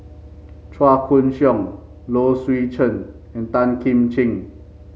Chua Koon Siong Low Swee Chen and Tan Kim Ching